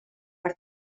per